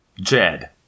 Jed